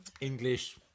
English